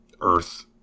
earth